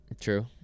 True